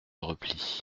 repli